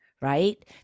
right